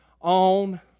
on